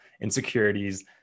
insecurities